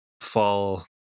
fall